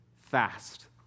fast